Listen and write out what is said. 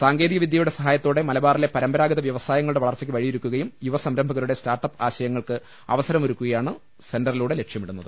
സാങ്കേതിക് വിദ്യയുടെ സഹായത്തോടെ മലബാറിലെ പരമ്പരാഗത വൃവസായങ്ങളുടെ വളർച്ചക്ക് വഴിയൊ രുക്കുകയും യുവ സംരംഭകരുടെ സ്റ്റാർട്ട് അപ്പ് ആശയങ്ങൾക്ക് അവസരമൊരുക്കുകയുമാണ് സെന്ററിലൂടെ ലക്ഷ്യമിടുന്നത്